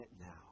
now